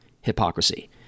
hypocrisy